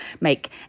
make